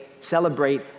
celebrate